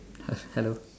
hello